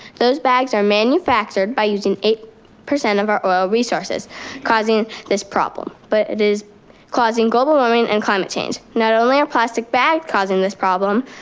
those bags are manufactured by using eight percent of our oil resources causing this problem, but it is causing global warming and climate change. not only are plastic bags causing this problem,